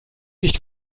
nicht